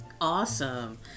Awesome